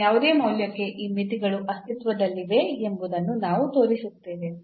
ನ ಯಾವುದೇ ಮೌಲ್ಯಕ್ಕೆ ಈ ಮಿತಿಗಳು ಅಸ್ತಿತ್ವದಲ್ಲಿವೆ ಎಂಬುದನ್ನು ನಾವು ತೋರಿಸುತ್ತೇವೆ